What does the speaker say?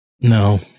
no